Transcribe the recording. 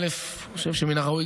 אני חושב שמן הראוי,